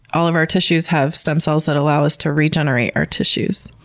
all of our tissues have stem cells that allow us to regenerate our tissues.